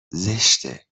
زشته